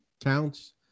counts